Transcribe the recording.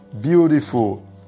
Beautiful